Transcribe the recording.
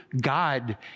God